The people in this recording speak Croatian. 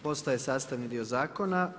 Postaje sastavni dio zakona.